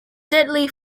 deadly